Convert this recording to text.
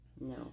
No